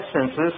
senses